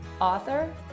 author